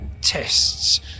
tests